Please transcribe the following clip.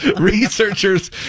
Researchers